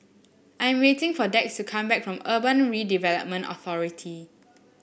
I'm waiting for Dax to come back from Urban Redevelopment Authority